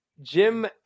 Jim